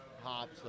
hops